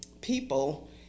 people